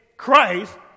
Christ